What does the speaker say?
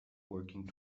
working